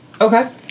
Okay